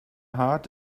heart